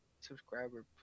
subscriber